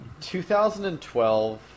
2012